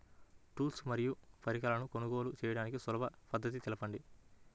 Tools మరియు పరికరాలను కొనుగోలు చేయడానికి సులభ పద్దతి తెలపండి?